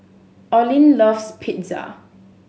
Olin loves Pizza